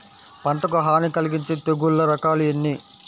పంటకు హాని కలిగించే తెగుళ్ళ రకాలు ఎన్ని?